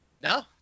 No